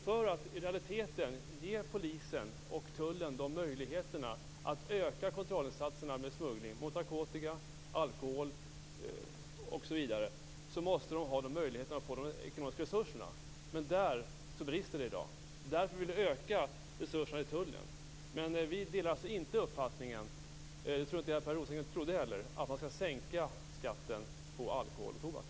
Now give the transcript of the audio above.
För att polisen och tullen i realiteten skall ha möjligheten att öka kontrollinsatserna vid smuggling av narkotika, alkohol, m.m. måste de få de ekonomiska resurserna. Men där brister det i dag. Därför vill vi öka resurserna till tullen. Vi delar alltså inte uppfattningen, det tror jag inte att Per Rosengren trodde heller, att man skall sänka skatten på alkohol och tobak.